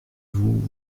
vous